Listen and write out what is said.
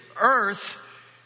earth